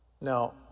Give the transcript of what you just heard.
Now